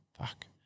Fuck